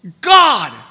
God